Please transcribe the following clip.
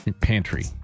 Pantry